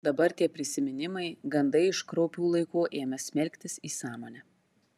dabar tie prisiminimai gandai iš kraupių laikų ėmė smelktis į sąmonę